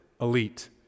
elite